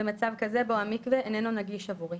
במצב כזה בו המקווה איננו נגיש עבורי,